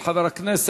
של חבר הכנסת